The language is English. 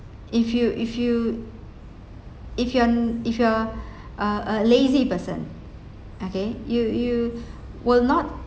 if you if you if you aren't if you are uh a lazy person okay you you will not